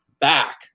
back